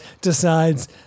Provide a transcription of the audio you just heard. decides